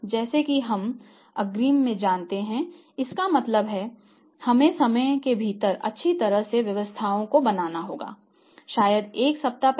जैसा कि हम अग्रिम में जानते हैं इसका मतलब है हमें समय के भीतर अच्छी तरह से व्यवस्थाओं को बनाना होगा शायद एक हफ्ते पहले